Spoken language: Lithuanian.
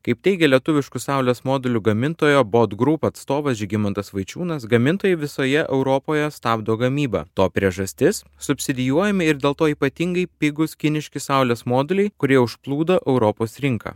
kaip teigia lietuviškų saulės modulių gamintojo bot group atstovas žygimantas vaičiūnas gamintojai visoje europoje stabdo gamybą to priežastis subsidijuojami ir dėl to ypatingai pigūs kiniški saulės moduliai kurie užplūdo europos rinką